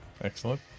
Excellent